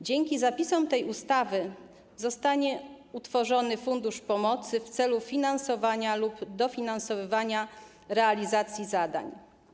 Dzięki zapisom tej ustawy zostanie utworzony fundusz pomocy w celu finansowania lub dofinansowywania realizacji zadań.